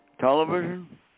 Television